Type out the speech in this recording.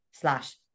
slash